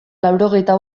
laurogeita